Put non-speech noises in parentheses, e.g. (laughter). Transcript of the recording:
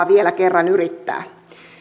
(unintelligible) vielä kerran yrittää